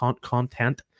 content